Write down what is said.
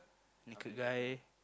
naked guy